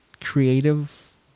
creative